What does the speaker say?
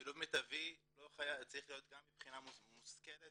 שילוב מיטבי צריך להיות גם מבחינה מושכלת